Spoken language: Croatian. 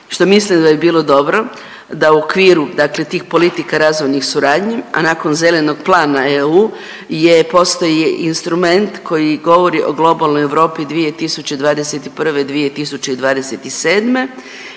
što mislim da bi bilo dobro da u okviru tih politika razvojnih suradnji, a nakon zelenog plana EU postoji instrument koji govori o globalnoj Europi 2021.-2027.,